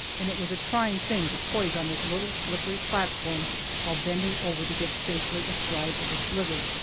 and it was a trying thing to poise on this little slippery platform while bending over to get safely astride of the sliver.